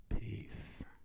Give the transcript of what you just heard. Peace